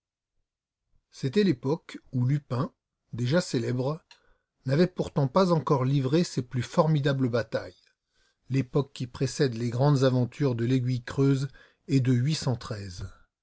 c'était l'époque où lupin déjà célèbre n'avait pourtant pas encore livré ses plus formidables batailles l'époque qui précède les grandes aventures de l aiguille creuse et de